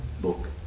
book